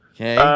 Okay